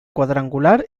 quadrangular